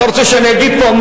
אתה רוצה שאני אגיד פה?